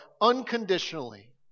unconditionally